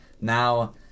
now